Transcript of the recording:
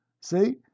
See